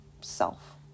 self